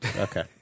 Okay